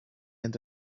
end